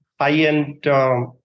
high-end